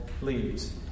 leaves